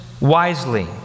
wisely